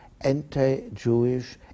anti-Jewish